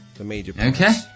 Okay